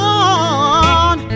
on